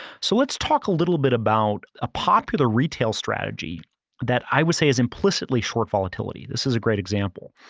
so let's talk a little bit about a popular retail strategy that i would say is implicitly short volatility. this is a great example.